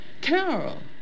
Carol